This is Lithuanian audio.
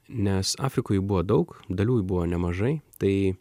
nes afrikoj buvo daug dalių jų buvo nemažai tai